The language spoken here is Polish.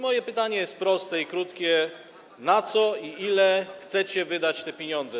Moje pytanie jest proste i krótkie: Na co - i ile - chcecie wydać te pieniądze?